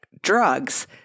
drugs